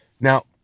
Now